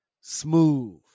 Smooth